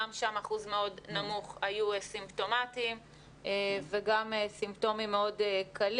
גם שם אחוז מאוד נמוך היו סימפטומטיים וגם סימפטומים מאוד קלים.